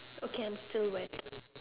okay I'm still wet